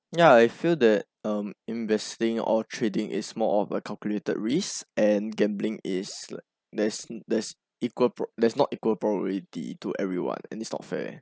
ya I feel that um investing or trading is more of a calculated risk and gambling is like there's there's equal there's not equal probability to everyone and it's not fair